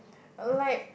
or like